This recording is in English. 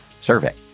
survey